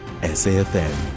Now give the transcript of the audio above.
SAFM